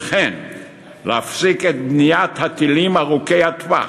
וכן להפסיק את בניית הטילים ארוכי הטווח,